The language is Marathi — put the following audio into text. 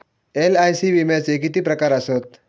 एल.आय.सी विम्याचे किती प्रकार आसत?